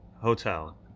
Hotel